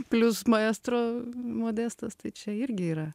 plius maestro modestas tai čia irgi yra